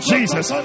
Jesus